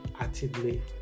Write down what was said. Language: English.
actively